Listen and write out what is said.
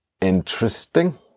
interesting